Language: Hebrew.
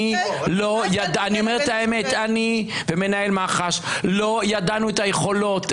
אני אומר את האמת: אני ומנהל מח"ש לא ידענו את היכולות.